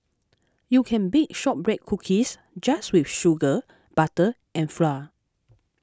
you can bake Shortbread Cookies just with sugar butter and flour